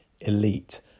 elite